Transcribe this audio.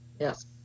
Yes